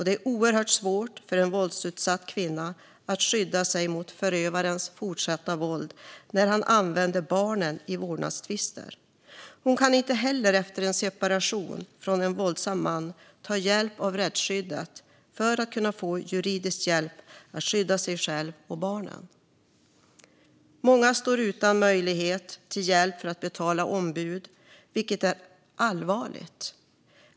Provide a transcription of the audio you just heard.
Det är oerhört svårt för en våldsutsatt kvinna att skydda sig mot förövarens fortsatta våld när han använder barnen i vårdnadstvister. Hon kan inte heller efter en separation från en våldsam man ta hjälp av rättsskyddet för att få juridisk hjälp att skydda sig själv och barnen. Många står utan möjlighet till hjälp för att betala ett ombud, vilket är allvarligt.